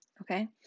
Okay